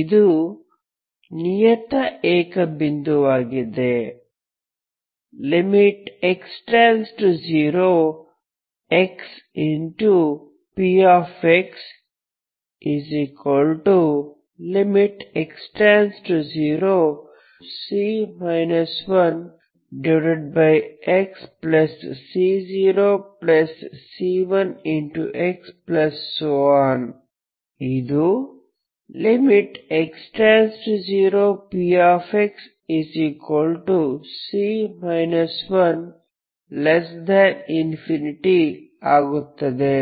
ಇದು ನಿಯತ ಏಕ ಬಿಂದುವಾಗಿದೆ p c 1xc0c1x ಇದು ⟹px c 1∞ ಆಗುತ್ತದೆ